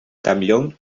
campllong